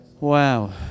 Wow